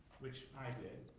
which i did,